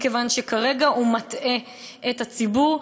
מכיוון שכרגע הוא מטעה את הציבור.